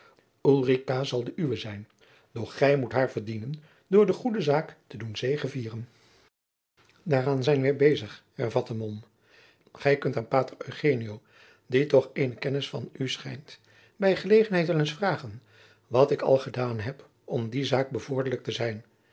zal de uwe zijn doch gij moet haar verdienen door de goede zaak te doen zegevieren daaraan zijn wij bezig hervatte mom gij kunt aan pater eugenio die toch eene kennis van u schijnt bij gelegenheid wel eens vragen wat ik al gedaan heb om die zaak bevorderlijk te zijn